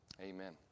amen